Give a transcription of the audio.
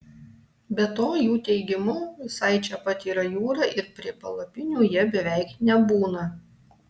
be to jų teigimu visai čia pat yra jūra ir prie palapinių jie beveik nebūna